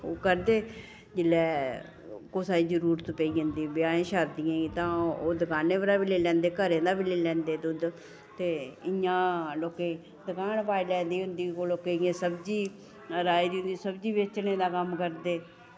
ओह् करदे जेल्लै कुसै गी जरूरत पेई जंदी ब्याहें शादियें गी तां ओह् दकानें परा बी लेई लैंदे घरें दा बी लेई लैंदे दुद्ध ते इ'यां लोकें कुदै दकान पाई लेई दी होंदी जि'यां सब्ज़ी राही दी सब्ज़ी बेचने दा कम्म करदे